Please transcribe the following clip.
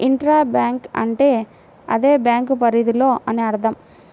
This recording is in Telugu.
ఇంట్రా బ్యాంక్ అంటే అదే బ్యాంకు పరిధిలో అని అర్థం